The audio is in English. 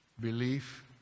belief